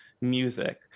music